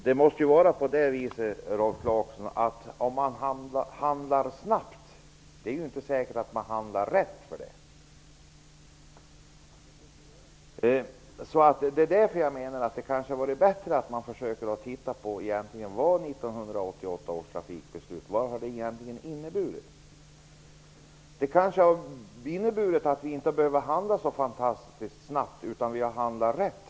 Herr talman! Det är inte säkert, Rolf Clarkson, att man handlar rätt om man handlar snabbt. Därför menar jag att det kanske hade varit bättre att titta på vad 1988 års trafikpolitiska beslut egentligen har inneburit. Det kanske har inneburit att vi inte hade behövt handla så fantastiskt snabbt utan handla rätt.